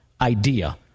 idea